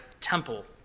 temple